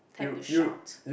time to shout